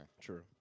True